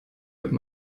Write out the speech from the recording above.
wenn